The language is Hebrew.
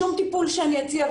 שום טיפול שאני אציע,